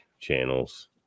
channels